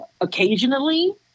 Occasionally